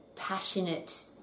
passionate